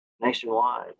nationwide